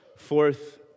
fourth